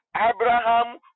Abraham